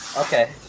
Okay